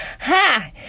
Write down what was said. Ha